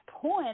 point